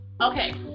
okay